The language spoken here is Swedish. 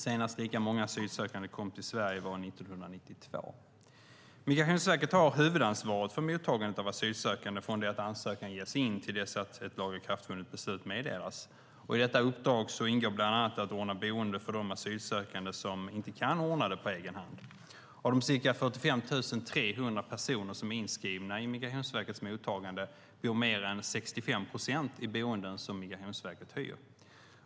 Senast lika många asylsökande kom till Sverige var 1992. Migrationsverket har huvudansvaret för mottagandet av asylsökande från det att ansökan ges in till dess att ett lagakraftvunnet beslut meddelas. I detta uppdrag ingår bland annat att ordna boende för de asylsökande som inte kan ordna det på egen hand. Av de ca 45 300 personer som är inskrivna i Migrationsverkets mottagande bor mer än 65 procent i boenden som Migrationsverket hyr.